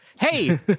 Hey